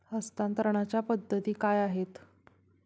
हस्तांतरणाच्या पद्धती काय आहेत?